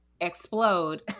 explode